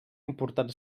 important